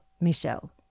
Michelle